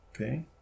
Okay